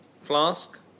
Flask